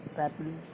apple